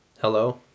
Hello